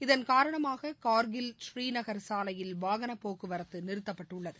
இதன் காரணமாக கார்கில் பூரீநகர் சாலையில் வாகனப் போக்குவரத்து நிறுத்தப்பட்டுள்ளது